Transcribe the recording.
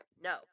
no